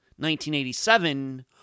1987